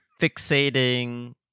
fixating